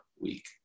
week